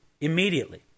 immediately